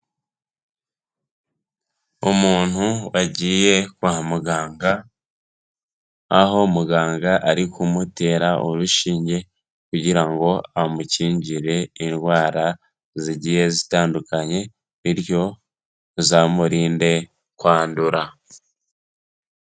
Umuntu agiye kwa muganga, aho muganga ari kumutera urushinge kugira ngo amukingire indwara zigiye zitandukanye bityo bizamurinde kwandura.